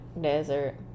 desert